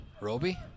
Roby